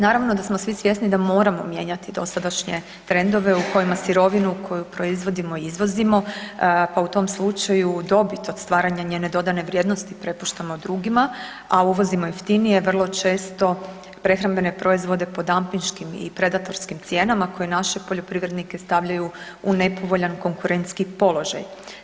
Naravno da smo svi svjesni da moramo mijenjati dosadašnje trendove u kojima sirovinu koju proizvodimo i izvozimo pa u tom slučaju dobit od stvaranja njene dodane vrijednosti prepuštamo drugima a uvozimo jeftinije, vrlo često prehrambene proizvode po dampinškim i predatorskim cijenama koje naše poljoprivrednike stavljaju u nepovoljan konkurentski položaj.